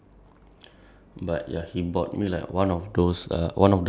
uh with a bag the game is inside then um